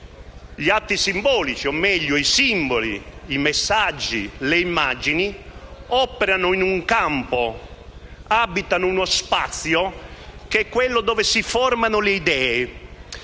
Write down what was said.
gli atti simbolici, o meglio i simboli, i messaggi, le immagini, operano in un campo, abitano uno spazio, che è quello dove si formano le idee,